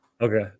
Okay